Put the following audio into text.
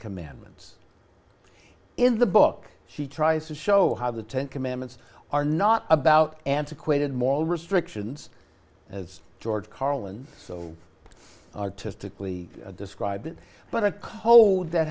commandments in the book she tries to show how the ten commandments are not about antiquated moral restrictions as george carlin so artistically describe it but a code that